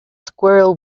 squirrel